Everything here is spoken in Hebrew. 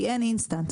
כי אין אינסטנט,